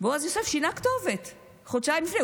בועז יוסף שינה כתובת חודשיים לפני.